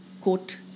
quote